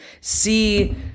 see